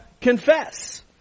confess